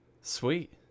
Sweet